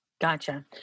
gotcha